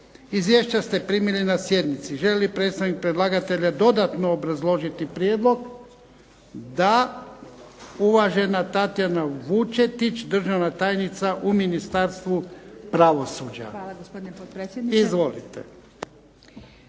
Izvješća ste primili na sjednici. Želi li predstavnik predlagatelja dodatno obrazložiti prijedlog? Da. Uvažena Tatijana Vučetić, državna tajnica u Ministarstvu pravosuđa. Izvolite.